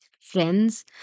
Friends